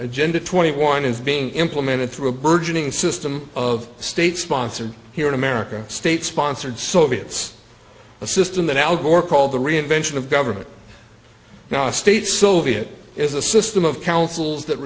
agenda twenty one is being implemented through a burgeoning system of state sponsored here in america state sponsored so it's a system that al gore called the reinvention of government now a state soviet is a system of councils that